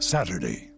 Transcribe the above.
Saturday